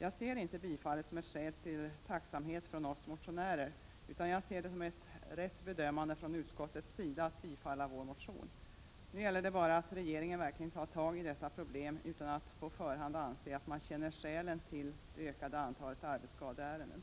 Jag ser inte tillstyrkan som ett skäl till tacksamhet från oss motionärer, utan jag ser det som ett riktigt bedömande från utskottets sida att tillstyrka vår motion. Nu gäller det bara att regeringen verkligen tar tag i dessa problem utan att på förhand anse att man känner skälen till det ökande antalet arbetsskadeärenden.